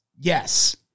Yes